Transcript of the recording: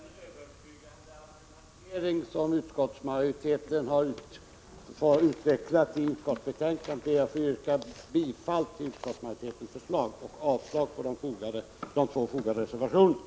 Herr talman! Med hänvisning till den övertygande argumentering som utskottsmajoriteten har utvecklat i utskottsbetänkandet ber jag att få yrka bifall till utskottsmajoritetens förslag och avslag på de två till betänkandet fogade reservationerna.